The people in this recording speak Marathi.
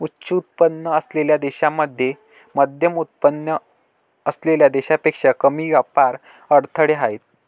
उच्च उत्पन्न असलेल्या देशांमध्ये मध्यमउत्पन्न असलेल्या देशांपेक्षा कमी व्यापार अडथळे आहेत